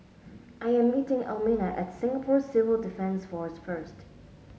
I am meeting Elmina at Singapore Civil Defence Force first